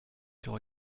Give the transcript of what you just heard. sur